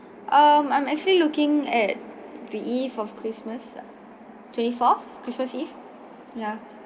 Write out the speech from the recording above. um I'm actually looking at the eve of christmas twenty-fourth christmas eve ya